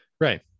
Right